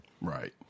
Right